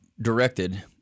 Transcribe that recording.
directed